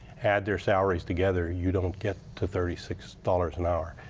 add their salaries together, you don't get to thirty six dollars an hour.